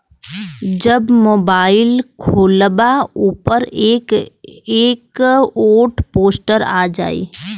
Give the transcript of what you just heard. जब मोबाइल खोल्बा ओपर एक एक ठो पोस्टर आ जाई